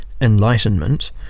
enlightenment